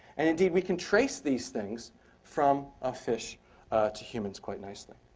and indeed we can trace these things from ah fish to humans quite nicely.